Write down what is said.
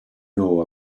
know